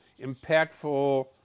impactful